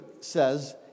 says